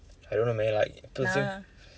I don't know man like too soon